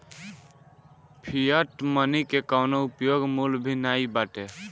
fiat money के कवनो उपयोग मूल्य भी नाइ बाटे